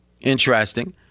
Interesting